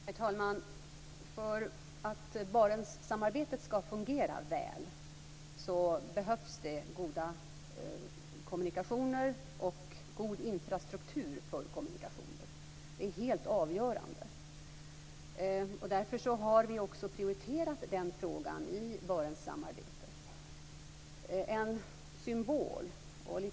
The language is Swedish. Herr talman! För att Barentssamarbetet skall fungera väl behövs det goda kommunikationer och god infrastruktur för kommunikationer. Det är helt avgörande. Därför har vi också prioriterat den frågan i Barentsssamarbetet.